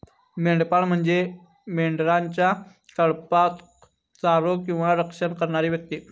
मेंढपाळ म्हणजे मेंढरांच्या कळपाक चारो किंवा रक्षण करणारी व्यक्ती